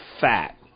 fat